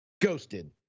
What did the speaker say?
Ghosted